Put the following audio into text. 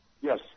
Yes